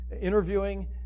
interviewing